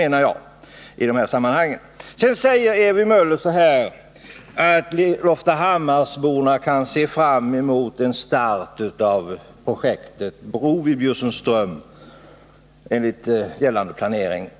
Sedan säger Ewy Möller att loftahammarsborna kan se fram mot en start av projektet med bron i Bjursundsström enligt gällande planering.